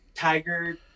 tiger